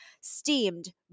Steamed